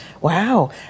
Wow